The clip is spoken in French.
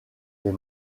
les